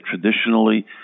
traditionally